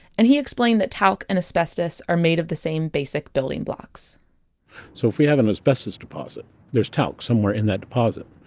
and he explained that talc and asbestos are made of the same basic building blocks so if we have an asbestos deposit there's talc somewhere in that deposit.